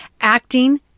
acting